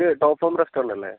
ഇത് top form റെസ്റ്റോറന്റല്ലേ